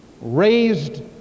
raised